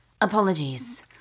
Apologies